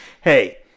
hey